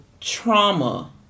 trauma